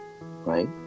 right